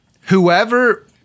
Whoever